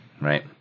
Right